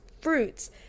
fruits